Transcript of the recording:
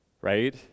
right